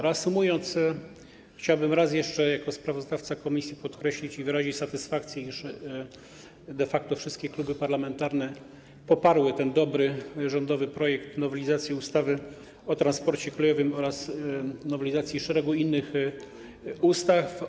Reasumując, chciałbym raz jeszcze jako sprawozdawca komisji podkreślić i wyrazić satysfakcję z tego powodu, iż de facto wszystkie kluby parlamentarne poparły ten dobry, rządowy projekt nowelizacji ustawy o transporcie kolejowym oraz szeregu innych ustaw.